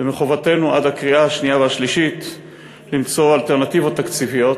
ומחובתנו עד הקריאה השנייה והשלישית למצוא אלטרנטיבות תקציביות.